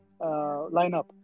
lineup